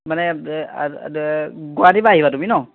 মানে গুৱাহাটীৰ পৰা আহিবা তুমি ন